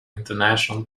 international